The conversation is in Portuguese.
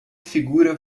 figura